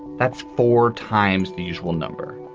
that's four times the usual number.